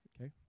okay